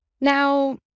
Now